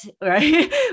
right